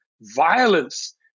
violence